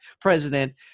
president